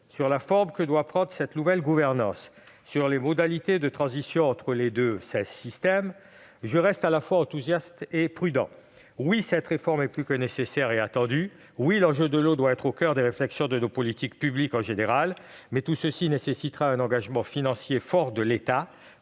à la forme que doit prendre cette nouvelle gouvernance et aux modalités de transition entre les deux systèmes, je reste à la fois enthousiaste et prudent. Oui, cette réforme est plus que nécessaire, et elle est vivement attendue. Oui, l'enjeu de l'eau doit être au coeur des réflexions de nos politiques publiques en général. Mais ce vaste travail nécessitera un engagement financier fort de l'État.